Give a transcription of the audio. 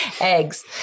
Eggs